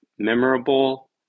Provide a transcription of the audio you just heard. Memorable